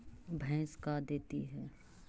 भैंस का देती है?